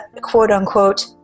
quote-unquote